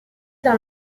dans